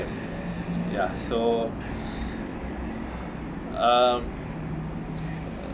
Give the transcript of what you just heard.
ya so uh